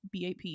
bap